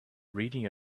reading